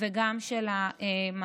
וגם של המערכת.